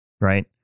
Right